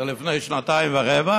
זה לפני שנתיים ורבע